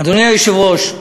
אדוני היושב-ראש,